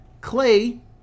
Clay